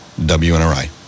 WNRI